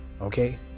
Okay